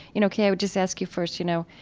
you know, kay, i would just ask you first, you know,